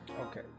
Okay